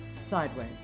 sideways